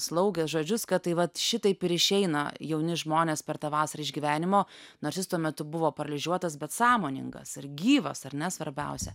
slaugės žodžius kad tai vat šitaip ir išeina jauni žmonės per tą vasarą iš gyvenimo nors jis tuo metu buvo paralyžiuotas bet sąmoningas r gyvas ar ne svarbiausia